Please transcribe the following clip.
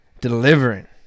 delivering